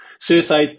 Suicide